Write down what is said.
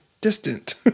distant